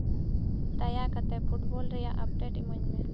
ᱫᱟᱭᱟ ᱠᱟᱛᱮᱫ ᱯᱷᱩᱴᱵᱚᱞ ᱨᱮᱭᱟᱜ ᱟᱯᱰᱮᱴ ᱤᱢᱟᱹᱧ ᱢᱮ